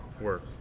work